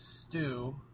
Stew